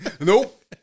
nope